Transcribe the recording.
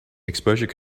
exposure